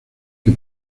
que